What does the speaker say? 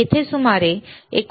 येथे सुमारे 19